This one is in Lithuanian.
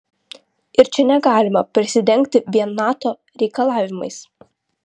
ir čia negalima prisidengti vien nato reikalavimais